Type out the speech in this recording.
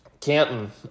Canton